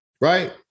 right